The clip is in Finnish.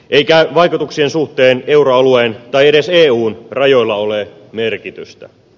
eikä vaikutuksien suhteen euroalueen tai edes eun rajoilla ole merkitystä